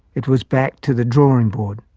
it was back to the drawing board.